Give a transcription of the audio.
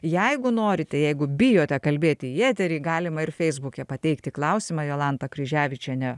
jeigu norite jeigu bijote kalbėti į eterį galima ir feisbuke pateikti klausimą jolanta kryževičienė